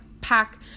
pack